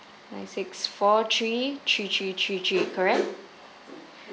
nine six four three three three three three correct